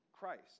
Christ